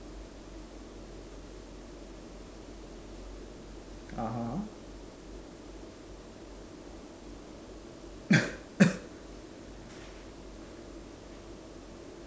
(uh huh)